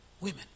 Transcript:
women